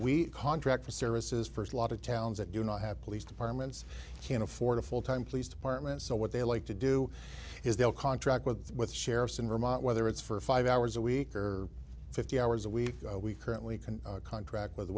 we contract for services first a lot of towns that do not have police departments can't afford a full time police department so what they like to do is they'll contract with the sheriffs in vermont whether it's for five hours a week or fifty hours a week we currently can contract with